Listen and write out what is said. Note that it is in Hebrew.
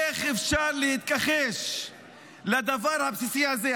איך אפשר להתכחש לדבר הבסיסי הזה?